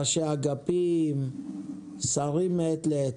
ראשי אגפים, שרים מעת לעת: